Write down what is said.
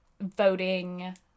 voting